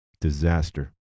disaster